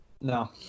No